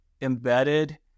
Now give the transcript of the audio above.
embedded